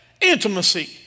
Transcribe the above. intimacy